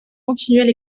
continuelle